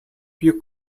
più